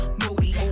moody